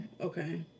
okay